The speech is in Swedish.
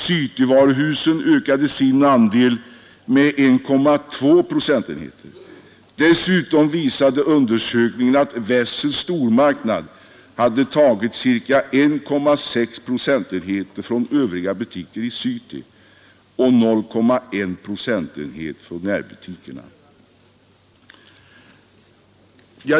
Cityvaruhusen ökade sin andel med 1,2 procentenheter. Dessutom visade undersökningen att Wessels stormarknad hade tagit ca 1,6 procentenheter från övriga butiker i city och 0,1 procent från närbutikerna.